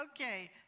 Okay